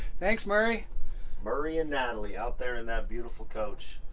thanks, murray murray and natalie out there in that beautiful coach.